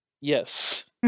Yes